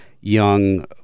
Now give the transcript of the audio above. young